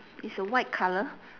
it's a white colour